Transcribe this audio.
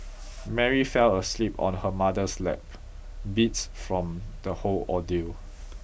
Mary fell asleep on her mother's lap beat from the whole ordeal